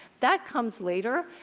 that comes later.